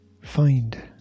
find